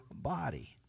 body